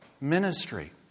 ministry